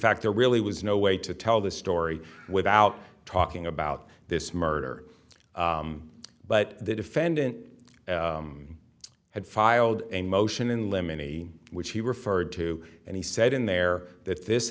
fact there really was no way to tell this story without talking about this murder but the defendant had filed a motion in limine which he referred to and he said in there that this